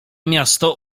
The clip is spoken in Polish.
miasto